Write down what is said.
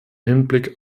hinblick